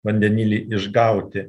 vandenilį išgauti